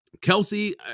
Kelsey